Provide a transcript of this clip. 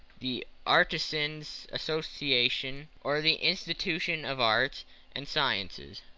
the artisan's association, or the institution of arts and sciences.